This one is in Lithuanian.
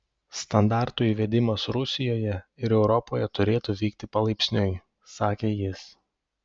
standartų įvedimas rusijoje ir europoje turėtų vykti palaipsniui sakė jis